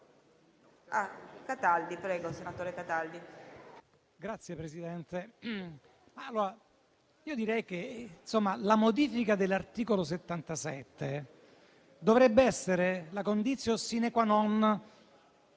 Signor Presidente, direi che la modifica dell'articolo 77 dovrebbe essere la *conditio sine qua non*